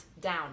down